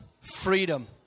freedom